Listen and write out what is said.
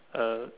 uh